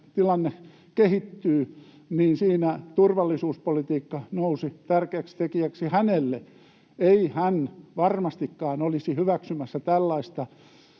tilanne kehittyy, turvallisuuspolitiikka, joka siinä nousi tärkeäksi tekijäksi hänelle. Ei hän varmastikaan olisi hyväksymässä tällaista